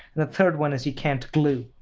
the third one is you can! t glue.